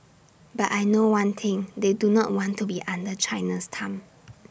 but I know one thing they do not want to be under China's thumb